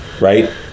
Right